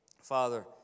Father